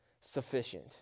sufficient